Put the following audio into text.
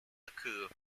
occur